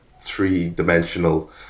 three-dimensional